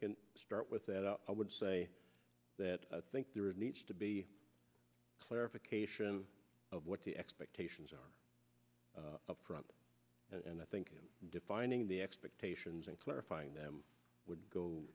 can start with that i would say that i think there needs to be clarification of what the expectations are up front and i think defining the expectations a clarifying that would go